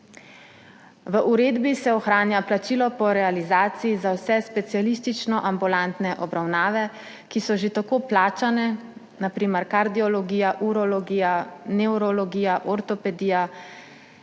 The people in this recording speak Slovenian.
V uredbi se ohranja plačilo po realizaciji za vse specialistično-ambulantne obravnave, ki so že tako plačane, na primer kardiologija, urologija, nevrologija, ortopedija,